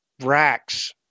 racks